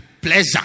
pleasure